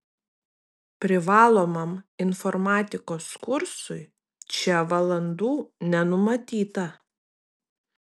privalomam informatikos kursui čia valandų nenumatyta